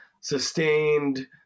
sustained